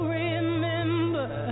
remember